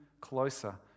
closer